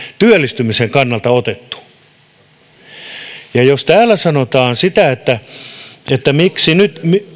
työllistymisen kannalta otettu jos täällä sanotaan sitä että miksi nyt